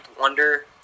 Wonder